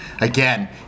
again